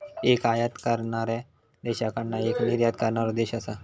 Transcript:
एक आयात करणाऱ्या देशाकडना एक निर्यात करणारो देश असा